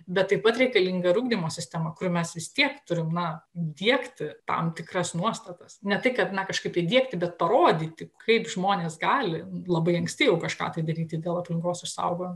bet taip pat reikalinga ir ugdymo sistema kur mes vis tiek turim na diegti tam tikras nuostatas ne tiai kad na kažkaip įdiegti bet parodyti kaip žmonės gali labai anksti jau kažką tai daryti dėl aplinkos išsaugojimo